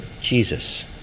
Jesus